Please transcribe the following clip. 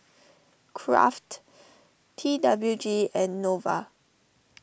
Kraft T W G and Nova